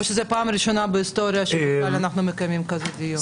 שזה פעם ראשונה בהיסטוריה שבכלל אנחנו מקיימים כזה דיון?